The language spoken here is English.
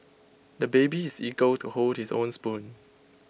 the baby is eager to hold his own spoon